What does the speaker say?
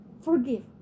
forgive